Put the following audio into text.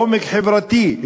עומק חברתי,